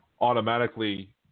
automatically